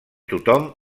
tothom